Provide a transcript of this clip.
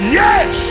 yes